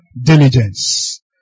diligence